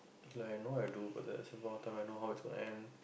ya I know I do but that's important I know how it's going to end